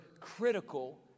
critical